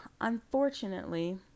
unfortunately